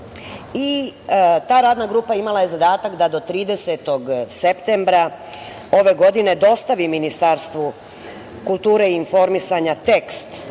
i ta Radna grupa imala je zadatak da do 30. septembra ove godine dostavi Ministarstvu kulture i informisanja tekst